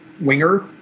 winger